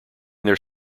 their